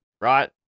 right